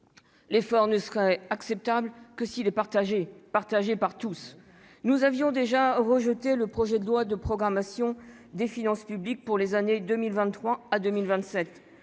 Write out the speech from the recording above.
L'effort ne serait acceptable que si les partagé, partagé par tous. Nous avions déjà rejeté le projet de loi de programmation des finances publiques pour les années 2023 à 2027.